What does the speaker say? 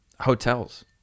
hotels